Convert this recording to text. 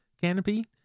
canopy